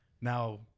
now